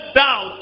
down